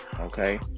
Okay